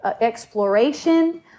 exploration